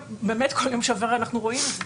באמת כל יום שעובר אנחנו רואים את זה.